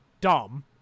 dumb